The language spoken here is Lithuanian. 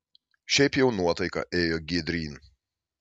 šiaip jau nuotaika ėjo giedryn